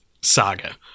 saga